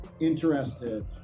interested